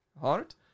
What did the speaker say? hard